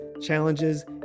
challenges